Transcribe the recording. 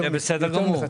זה בסדר גמור.